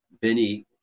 Benny